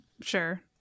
Sure